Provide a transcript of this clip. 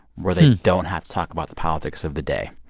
where they don't have to talk about the politics of the day,